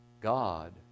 God